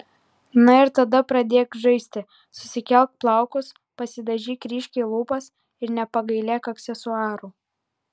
na ir tada pradėk žaisti susikelk plaukus pasidažyk ryškiai lūpas ir nepagailėk aksesuarų